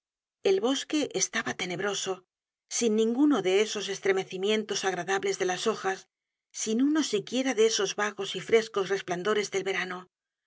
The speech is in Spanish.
google book search generated at ninguno de esos estremecimientos agradables de las hojas sin uno si quiera de esos vagos y frescos resplandores del verano